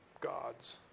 gods